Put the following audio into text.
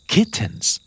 Kittens